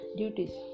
duties